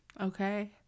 Okay